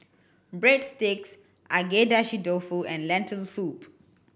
Breadsticks Agedashi Dofu and Lentil Soup